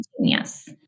Yes